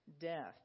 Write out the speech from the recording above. death